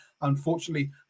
unfortunately